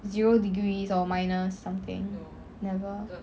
zero degrees or minus something never